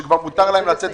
שכבר מותר להם לצאת,